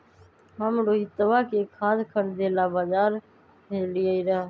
हम रोहितवा के खाद खरीदे ला बजार भेजलीअई र